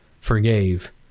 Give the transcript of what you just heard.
forgave